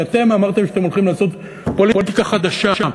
כי אתם אמרתם שאתם הולכים לעשות פוליטיקה חדשה.